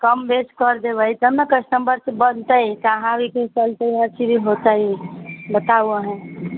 कम बेस कर देबे तब ने कस्टमर से बनतै अहाँकेँ हिसाबे हर चीज होतै बताउ अहाँ